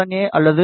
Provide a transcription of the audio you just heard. ஏ அல்லது வி